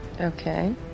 okay